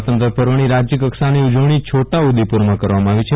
સ્વાતંત્ર્ય પર્વની રાજયકક્ષાની ઉજવણી છોટા ઉદેપુરમાં કરવામાં આવી છે